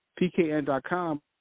pkn.com